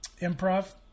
improv